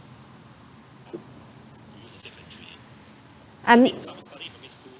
I mean